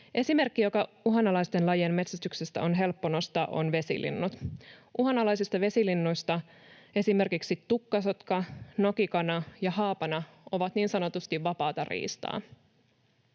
Esimerkki, joka uhanalaisten lajien metsästyksestä on helppo nostaa, on vesilinnut. Uhanalaisista vesilinnuista esimerkiksi tukkasotka, nokikana ja haapana ovat niin sanotusti vapaata riistaa.